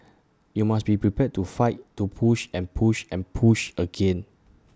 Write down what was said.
you must be prepared to fight to push and push and push again